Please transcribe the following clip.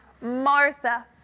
Martha